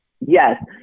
Yes